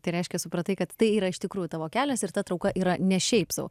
tai reiškia supratai kad tai yra iš tikrųjų tavo kelias ir ta trauka yra ne šiaip sau